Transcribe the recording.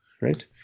right